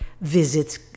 visit